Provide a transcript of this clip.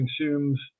consumes